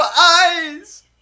eyes